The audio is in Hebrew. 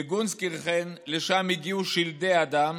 בגונסקירכן, לשם הגיעו שלדי אדם,